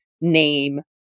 name